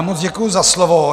Moc děkuji za slovo.